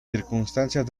circunstancias